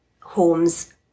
homes